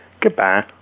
Goodbye